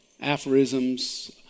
aphorisms